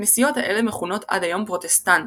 הכנסיות האלה מכונות עד היום "פרוטסטנטיות".